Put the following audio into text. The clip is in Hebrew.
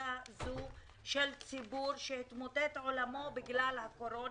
מקבוצה זו של ציבור, שהתמוטט עולמו בגלל הקורונה,